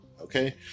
Okay